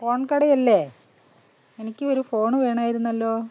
phone കടയല്ലേ എനിക്ക് ഒരു ഫോൺ വേണമായിരുന്നല്ലോ